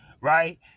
Right